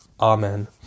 Amen